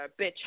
Bitch